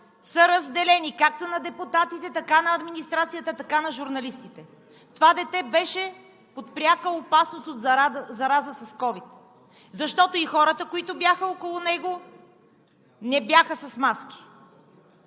са разделени – както на депутатите, така и на администрацията, така и на журналистите, това дете беше под пряка опасност от зараза с Ковид, защото и хората, които бяха около него, не бяха с маски.